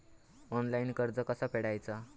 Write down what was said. Online कर्ज कसा फेडायचा?